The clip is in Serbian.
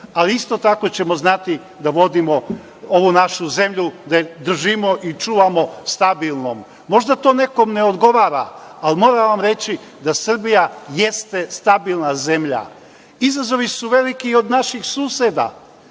ali isto tako ćemo znati da vodimo ovu našu zemlju, da je držimo i čuvamo stabilnom. Možda to nekom ne odgovara, ali moram vam reći da Srbija jeste stabilna zemlja. Izazovi su veliki i od naših suseda.